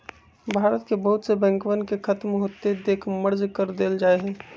भारत के बहुत से बैंकवन के खत्म होते देख मर्ज कर देयल जाहई